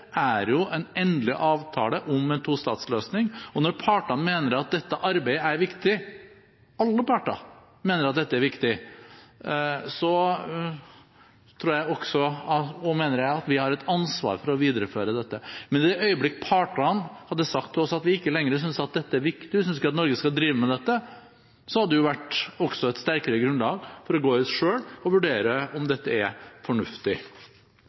ser jo at siden Oslo-avtalen har det vært en utvikling. Det er palestinske institusjoner der, det er statsministerens kontor, det er presidentkontor, det har skjedd mye innenfor både utdanning, utvikling og investeringer. Det som gjenstår, er en endelig avtale om en tostatsløsning, og når partene mener at dette arbeidet er viktig, alle parter mener at dette er viktig, tror jeg også – og mener jeg – at vi har et ansvar for å videreføre dette. Men i det øyeblikk partene hadde sagt til oss at de ikke lenger synes at dette er viktig, de synes ikke at Norge